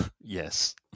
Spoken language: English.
yes